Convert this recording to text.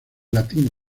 latín